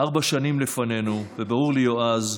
ארבע שנים לפנינו, וברור לי, יועז,